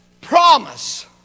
promise